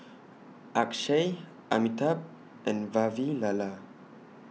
Akshay Amitabh and Vavilala